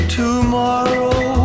tomorrow